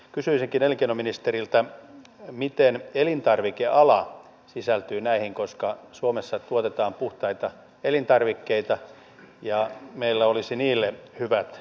kysyisinkin elinkeinoministeriltä miten elintarvikeala sisältyy näihin koska suomessa tuotetaan puhtaita elintarvikkeita ja meillä olisi niille hyvät vientimahdollisuudet